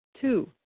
Two